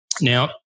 Now